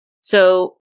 So-